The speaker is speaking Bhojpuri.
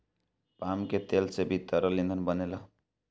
पाम के तेल से भी तरल ईंधन बनेला